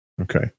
Okay